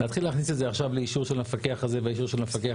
להתחיל להכניס את זה עכשיו לאישור של המפקח ואישור של המפקח